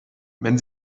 wenn